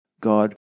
God